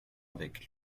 avec